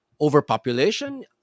Overpopulation